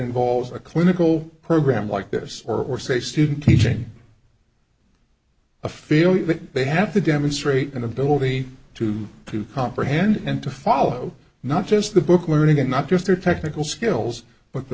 involves a clinical program like this or or say student teaching ophelia that they have to demonstrate an ability to to comprehend and to follow not just the book learning and not just their technical skills but the